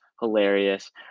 hilarious